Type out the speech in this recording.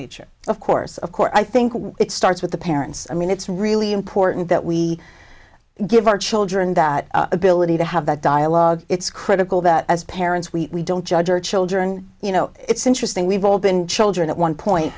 nature of course of course i think it starts with the parents i mean it's really important that we give our children that ability to have that dialogue it's critical that as parents we don't judge our children you know it's interesting we've all been children at one point